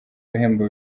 ibihembo